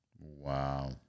wow